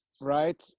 right